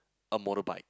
a motorbike